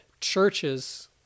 churches